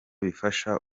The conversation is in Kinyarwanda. bifasha